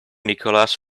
nicholas